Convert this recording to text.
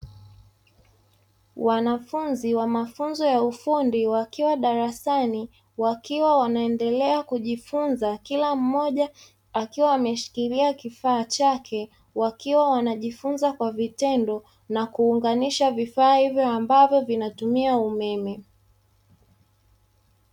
Wanafunzi wa mafunzo ya ufundi wakiwa darasani wakiwa wanaendelea kujifunza kila mmoja akiwa ameshikilia kifaa chake, wakiwa wanajifunza kwa vitendo na kuunganisha vifaa hivyo ambavyo vinatumia umeme.